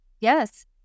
Yes